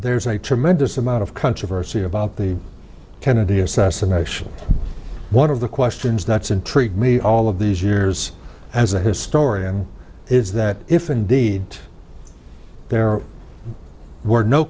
there's a tremendous amount of controversy about the kennedy assassination one of the questions that's intrigued me all of these years as a historian is that if indeed there word no